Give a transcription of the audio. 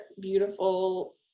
beautiful